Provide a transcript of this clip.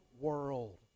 world